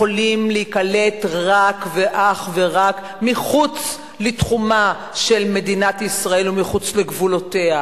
יכולים להיקלט אך ורק מחוץ לתחומה של מדינת ישראל ומחוץ לגבולותיה,